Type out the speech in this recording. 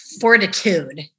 fortitude